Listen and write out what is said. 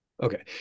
Okay